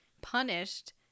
punished